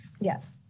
Yes